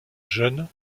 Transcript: jeune